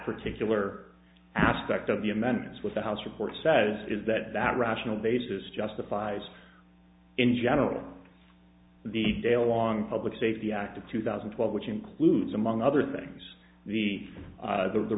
particular aspect of the amendments with the house report says is that that rational basis justifies in general the daylong public safety act of two thousand and twelve which includes among other things the